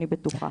אני בטוחה.